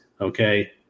okay